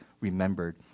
remembered